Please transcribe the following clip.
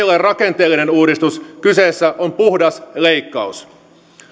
ole rakenteellinen uudistus kyseessä on puhdas leikkaus